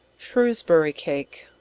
shrewsbury cake.